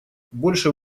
больше